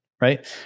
right